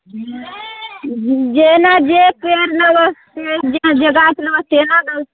जेना जे पेड़ लेबै जेना जे गाछ रहत तेना देबै